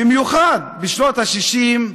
במיוחד בשנות ה-60,